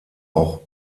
auch